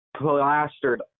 plastered